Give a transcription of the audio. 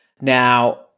Now